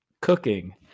cooking